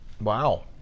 Wow